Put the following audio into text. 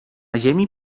ziemi